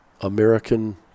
American